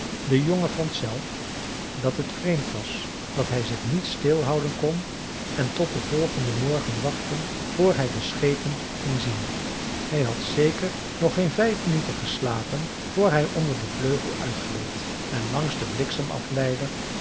de jongen vond zelf dat het vreemd was dat hij zich niet stilhouden kon en tot den volgenden morgen wachten voor hij de schepen ging zien hij had zeker nog geen vijf minuten geslapen voor hij onder den vleugel uitgleed en langs den bliksemafleider